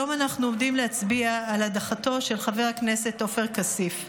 היום אנחנו עומדים להצביע על הדחתו של חבר הכנסת עופר כסיף.